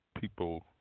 people